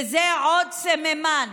וזה עוד סממן,